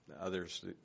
others